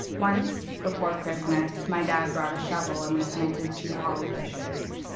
once, before christmas, my dad brought a shovel, and we planted two holly bushes.